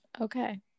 Okay